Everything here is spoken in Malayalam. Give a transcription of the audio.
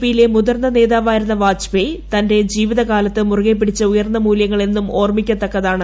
പിയിലെ മുതിർന്ന നേതാവായിരുന്ന വാജ്പേയി തന്റെ ജീവിതകാലത്ത് മുറുകെപ്പിടിച്ച ഉയർന്ന മൂല്യങ്ങൾ എന്നും ഓർമ്മിക്കത്തക്കതാണ്